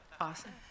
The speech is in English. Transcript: awesome